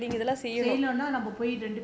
நம்ம ரெண்டு பேரும்:namma rendu perum